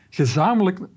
gezamenlijk